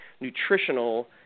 nutritional